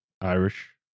Irish